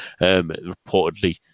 reportedly